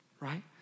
right